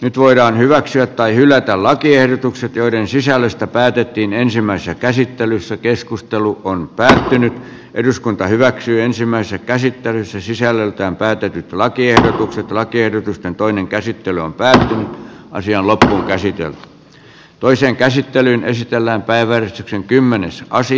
nyt voidaan hyväksyä tai hylätä lakiehdotukset joiden sisällöstä päätettiin ensimmäisessä käsittelyssä keskustelu on tässäkin eduskunta hyväksyi ensimmäisen käsittelyssä sisällöltään päätetyt lakiehdotukset lakiehdotusten toinen käsittely on päästy naisia lophuun esityön toiseen käsittelyyn esitellään päivälehti kymmenes kausi